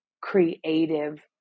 creative